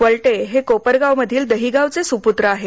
वल्टे हे कोपरगावमधील दहिगाव बोलकेचे सुपूत्र आहेत